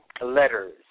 letters